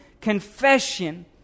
confession